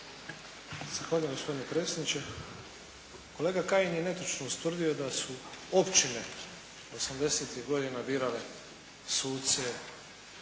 Zahvaljujem gospodine predsjedniče. Kolega Kajin je netočno ustvrdio da su općine 80-tih godina birale suce